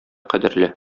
кадерле